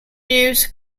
use